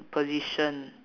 position